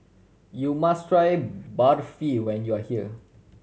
you must try Barfi when you are here